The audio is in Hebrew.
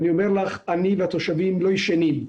אני אומר לך שאני והתושבים לא ישנים.